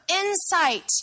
Insight